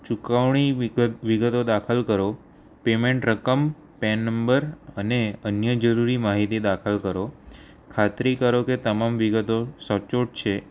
ચૂકવણી વિગતો દાખલ કરો પેમેન્ટ રકમ પેન નંબર અને અન્ય જરૂરી માહિતી દાખલ કરો ખાતરી કરો કે તમામ વિગતો સચોટ છે